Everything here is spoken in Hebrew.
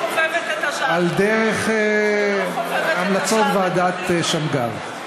על דרך המלצות ועדת שמגר.